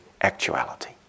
actuality